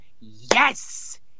yes